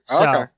Okay